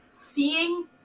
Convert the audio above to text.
seeing